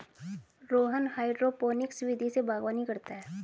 Rohan hydroponics विधि से बागवानी करता है